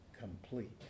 complete